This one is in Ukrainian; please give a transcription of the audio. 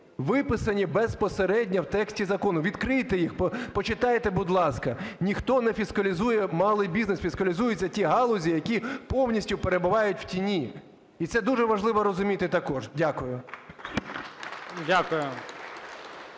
виписані безпосередньо в тексті закону. Відкрийте їх, почитайте, будь ласка. Ніхто не фіскалізує малий бізнес. Фіскалізуються ті галузі, які повністю перебувають в тіні. І це дуже важливо розуміти також. Дякую.